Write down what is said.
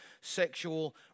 sexual